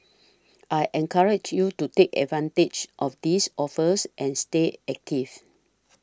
I encourage you to take advantage of these offers and stay active